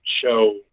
show